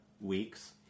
weeks